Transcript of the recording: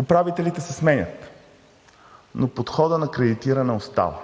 управителите се сменят, но подходът на кредитиране остава.